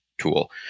tool